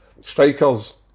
strikers